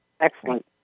Excellent